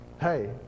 Hey